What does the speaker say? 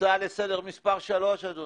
הצעה לסדר מספר שלוש, אדוני.